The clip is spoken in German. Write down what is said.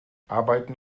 arbeiten